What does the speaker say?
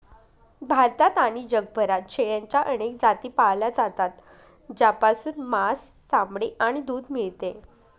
भारतात आणि जगभरात शेळ्यांच्या अनेक जाती पाळल्या जातात, ज्यापासून मांस, चामडे आणि दूध मिळते